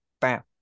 bam